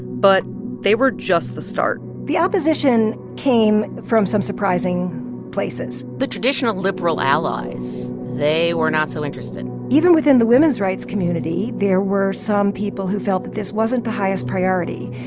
but they were just the start the opposition came from some surprising places the traditional liberal allies, they were not so interested even within the women's rights community, there were some people who felt that this wasn't the highest priority,